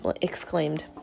exclaimed